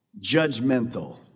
judgmental